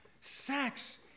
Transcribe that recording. Sex